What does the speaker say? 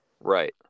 right